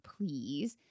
please